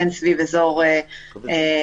בין סביב אזור מוגבל,